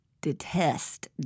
detest